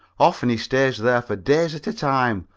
often he stays there for days at a time,